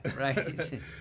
right